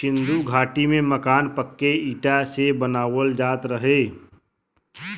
सिन्धु घाटी में मकान पक्के इटा से बनावल जात रहे